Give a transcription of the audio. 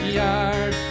yard